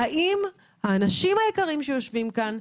האם האנשים היקרים שיושבים כאן,